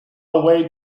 way